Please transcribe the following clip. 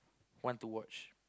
want to watch